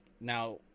now